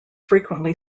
frequently